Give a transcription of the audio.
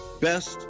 best